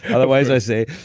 otherwise, i say,